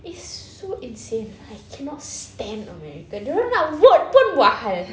it's so insane I cannot stand america dia orang nak vote pun buat hal